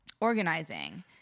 organizing